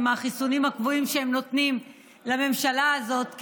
עם החיסונים הקבועים שהם נותנים לממשלה הזאת,